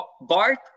Bart